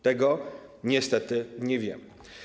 Tego niestety nie wiemy.